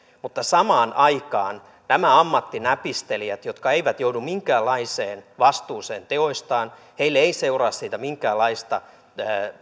mutta samaan aikaan nämä ammattinäpistelijät jotka eivät joudu minkäänlaiseen vastuuseen teoistaan ja joille ei seuraa siitä minkäänlaista